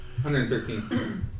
113